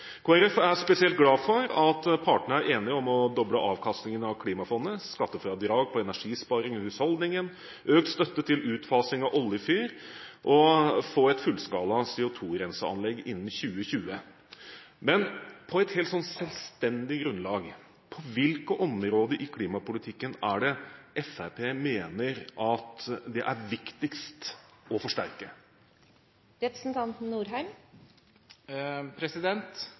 er spesielt glad for at partene er enige om å doble avkastningen av klimafondet, gi skattefradrag for energisparing i husholdningen, gi økt støtte til utfasing av oljefyr og få et fullskala CO2-renseanlegg innen 2020. Men på et helt selvstendig grunnlag, på hvilke områder i klimapolitikken mener Fremskrittspartiet det er viktigst å forsterke? Det er viktig å